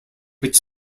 which